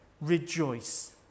rejoice